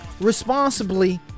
Responsibly